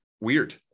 weird